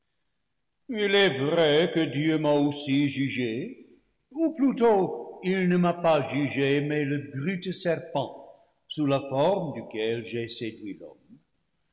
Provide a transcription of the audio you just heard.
il est vrai que dieu m'a aussi jugé ou plutôt il ne m'a pas jugé mais le brute serpent sous la forme duquel j'ai séduit l'homme